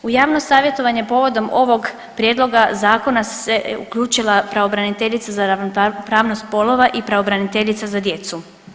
U javno savjetovanje povodom ovog prijedloga zakona se uključila pravobraniteljica za ravnopravnost spolova i pravobraniteljica za djecu.